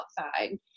outside